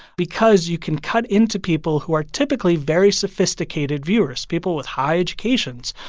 because you can cut into people who are typically very sophisticated viewers, people with high educations,